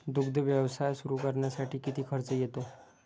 दुग्ध व्यवसाय सुरू करण्यासाठी किती खर्च येतो?